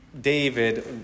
David